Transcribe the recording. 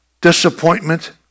Disappointment